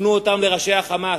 תפנו אותן לראשי ה"חמאס",